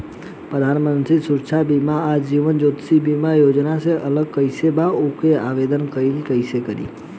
प्रधानमंत्री सुरक्षा बीमा आ जीवन ज्योति बीमा योजना से अलग कईसे बा ओमे आवदेन कईसे करी?